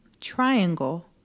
Triangle